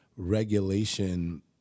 Regulation